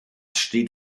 steht